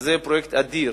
זה פרויקט אדיר,